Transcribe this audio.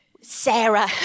Sarah